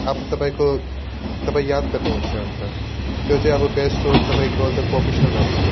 अब तपाईँको तपाईँ याद गर्नुहुन्छ अन्त त्यो चाहिँ अब बेस्ट हो तपाईँको अगर प्रोफेसनल लाइफमा